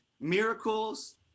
miracles